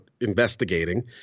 investigating